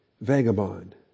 vagabond